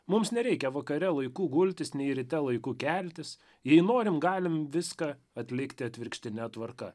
mums nereikia vakare laiku gultis nei ryte laiku keltis jei norim galim viską atlikti atvirkštine tvarka